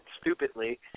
stupidly